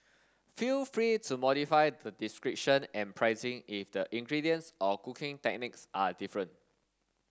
feel free to modify the description and pricing if the ingredients or cooking techniques are different